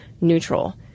neutral